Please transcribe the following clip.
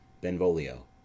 Benvolio